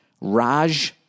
Raj